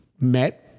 met